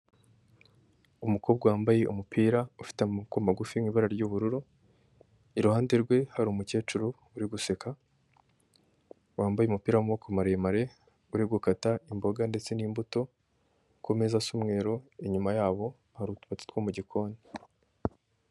Umukobwa wambaye umupira ufite amaboko magufi mu ibara ry'ubururu, iruhande rwe hari umukecuru uri guseka, wambaye umupira w'amaboko maremare uri gukata imboga ndetse n'imbuto kumeza asa umweru, inyuma yabo hari utubati two mu gikoni.